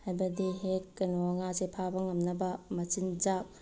ꯍꯥꯏꯕꯗꯤ ꯍꯦꯛ ꯀꯩꯅꯣ ꯉꯥꯁꯦ ꯐꯥꯕ ꯉꯝꯅꯕ ꯃꯆꯤꯟꯖꯥꯛ